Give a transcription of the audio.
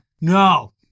no